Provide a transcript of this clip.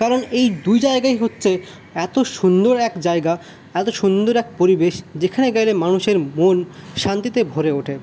কারণ এই দু জায়গায় হচ্ছে এতো সুন্দর এক জায়গা এতো সুন্দর এক পরিবেশ যেখানে গেলে মানুষের মন শান্তিতে ভরে ওঠে